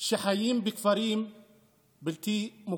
שחיים בכפרים הבלתי-מוכרים.